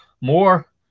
more